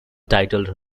titled